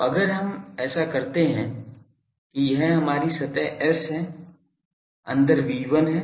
तो अगर हम ऐसा करते हैं कि यह हमारी सतह S है अंदर V1 है